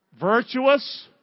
Virtuous